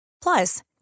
plus